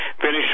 finish